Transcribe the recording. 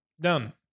done